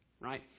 right